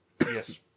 Yes